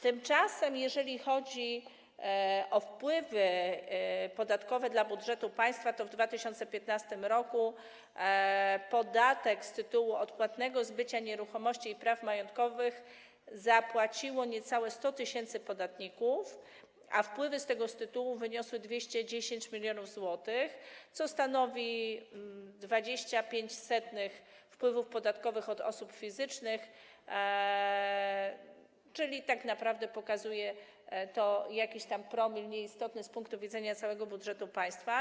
Tymczasem jeżeli chodzi o wpływy podatkowe do budżetu państwa, to w 2015 r. podatek z tytułu odpłatnego zbycia nieruchomości i praw majątkowych zapłaciło niecałe 100 tys. podatników, a wpływy z tego tytułu wyniosły 210 mln zł, co stanowi 0,25% wpływów podatkowych od osób fizycznych, czyli tak naprawdę pokazuje to, że jest to jakiś tam promil, nieistotny z punktu widzenia całego budżetu państwa.